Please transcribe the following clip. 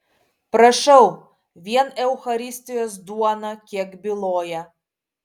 prašau vien eucharistijos duona kiek byloja